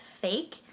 fake